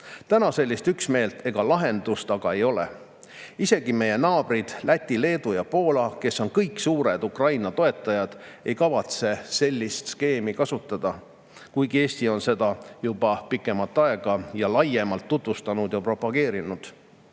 Täna sellist üksmeelt ega lahendust aga ei ole. Isegi meie naabrid Läti, Leedu ja Poola, kes on kõik suured Ukraina toetajad, ei kavatse sellist skeemi kasutada, kuigi Eesti on seda juba pikemat aega laiemalt tutvustanud ja propageerinud.